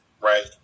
right